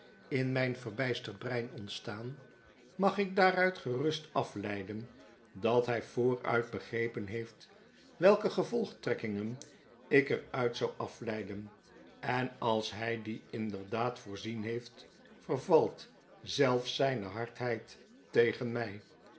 in myn verbysterd brein ontstaat magikdaaruit gerust afleiden dat hij vooruit begrepen heeft welke gevolgtrekkingen ik er uit zou afleiden en als hy cue inderdaad voorzien heeft vervalt zelfs zyne hardheid tegen my